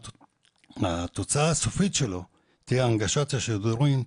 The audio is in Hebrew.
ואם התוצאה הסופית שלו תהיה הנגשת השידורים,